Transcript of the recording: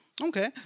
Okay